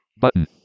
Button